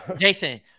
Jason